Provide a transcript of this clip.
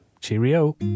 cheerio